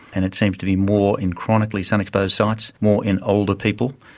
and it seems to be more in chronically sun-exposed sites, more in older people,